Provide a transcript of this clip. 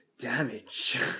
Damage